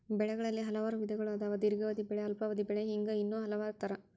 ಬೆಳೆಗಳಲ್ಲಿ ಹಲವಾರು ವಿಧಗಳು ಅದಾವ ದೇರ್ಘಾವಧಿ ಬೆಳೆ ಅಲ್ಪಾವಧಿ ಬೆಳೆ ಹಿಂಗ ಇನ್ನೂ ಹಲವಾರ ತರಾ